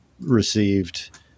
received